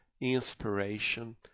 inspiration